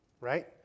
right